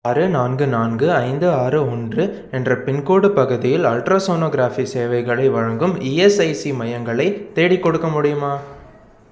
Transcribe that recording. ஆறு நான்கு நான்கு ஐந்து ஆறு ஒன்று என்ற பின்கோடு பகுதியில் அல்ட்ராசோனோகிராஃபி சேவைகளை வழங்கும் இஎஸ்ஐசி மையங்களை தேடிக்கொடுக்க முடியுமா